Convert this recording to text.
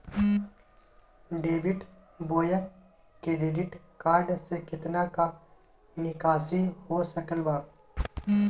Debit बोया credit card से कितना का निकासी हो सकल बा?